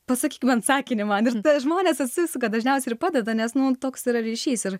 pasakyk man sakinį man ir žmonės atsisuka dažniausiai ir padeda nes nu toks yra ryšys ir